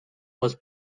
was